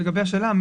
לגבי השאלה,